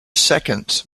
seconds